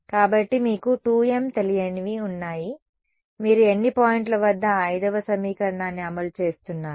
కాబట్టి మీకు 2 m తెలియనివి ఉన్నాయి మీరు ఎన్ని పాయింట్ల వద్ద 5వ సమీకరణాన్ని అమలు చేస్తున్నారు